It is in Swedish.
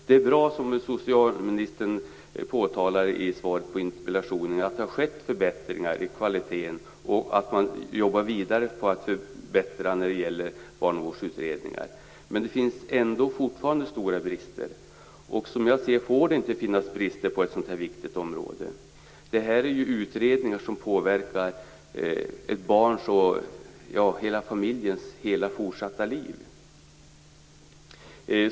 Det är bra, som socialministern påpekar i svaret på interpellationen, att det har skett förbättringar i kvaliteten och att man jobbar vidare på att förbättra barnavårdsutredningarna. Men det finns ändå fortfarande stora brister. Som jag ser det, får det inte finnas brister på ett så här viktigt område. Det här är ju utredningar som påverkar ett barns och hela familjens fortsatta liv.